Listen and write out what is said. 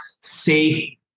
safe